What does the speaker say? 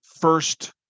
first